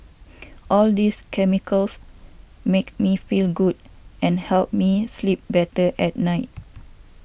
all these chemicals make me feel good and help me sleep better at night